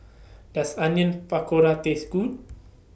Does Onion Pakora Taste Good